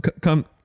come